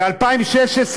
ב-2016,